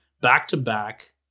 back-to-back